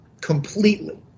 completely